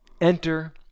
Enter